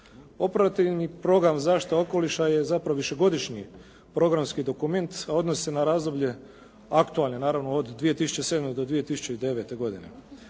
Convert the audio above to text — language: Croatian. Operativni program zaštita okoliša je zapravo višegodišnji programski dokument se odnosi na razdoblje aktualne naravno od 2007. do 2009. godine.